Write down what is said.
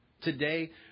Today